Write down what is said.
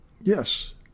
yes